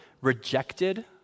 rejected